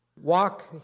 Walk